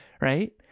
Right